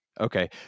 Okay